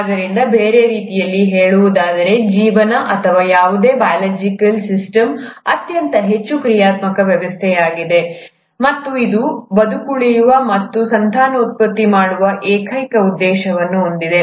ಆದ್ದರಿಂದ ಬೇರೆ ರೀತಿಯಲ್ಲಿ ಹೇಳುವುದಾದರೆ ಜೀವನ ಅಥವಾ ಯಾವುದೇ ಬಯೋಲಾಜಿಕಲ್ ಸಿಸ್ಟಮ್ ಅತ್ಯಂತ ಹೆಚ್ಚು ಕ್ರಿಯಾತ್ಮಕ ವ್ಯವಸ್ಥೆಯಾಗಿದೆ ಮತ್ತು ಇದು ಬದುಕುಳಿಯುವ ಮತ್ತು ಸಂತಾನೋತ್ಪತ್ತಿ ಮಾಡುವ ಏಕೈಕ ಉದ್ದೇಶವನ್ನು ಹೊಂದಿದೆ